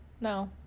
No